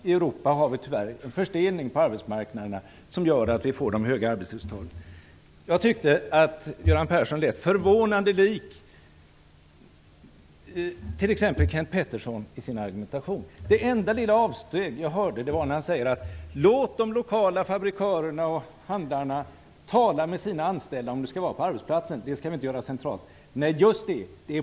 I Europa är det tyvärr en förstelning på arbetsmarknaderna som gör att man får de höga arbetslöshetstalen. Jag tycker att Göran Persson lät förvånande lik t.ex. Kenth Pettersson i sin argumentation. Det enda lilla avsteg som jag hörde var när han sade: Låt de lokala fabrikörerna och handlarna tala med sina anställda om hur det skall vara arbetsplatsen, för det skall vi inte göra centralt. Nej, just det.